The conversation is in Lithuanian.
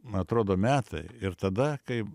ma atrodo metai ir tada kai